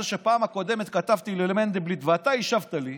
שבפעם הקודמת כתבתי למנדלבליט ואתה השבת לי,